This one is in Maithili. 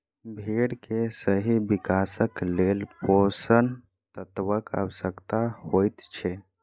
भेंड़ के सही विकासक लेल पोषण तत्वक आवश्यता होइत छै